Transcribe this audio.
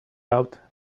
out